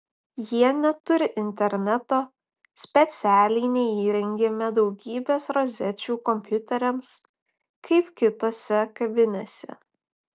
jie neturi interneto specialiai neįrengėme daugybės rozečių kompiuteriams kaip kitose kavinėse